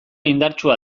indartsua